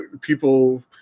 people